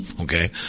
Okay